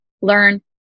learn